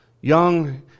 Young